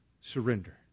surrender